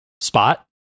spot